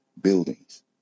buildings